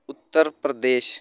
Uttar Pradesh